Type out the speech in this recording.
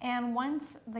and once the